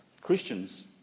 Christians